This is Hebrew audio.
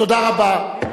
תודה רבה.